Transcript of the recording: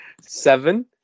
Seven